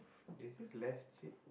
is it less cheap